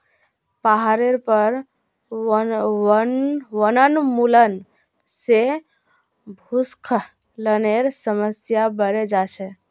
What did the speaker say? पहाडेर पर वनोन्मूलन से भूस्खलनेर समस्या बढ़े जा छे